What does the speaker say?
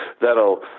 that'll